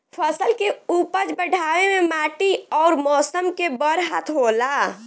फसल के उपज बढ़ावे मे माटी अउर मौसम के बड़ हाथ होला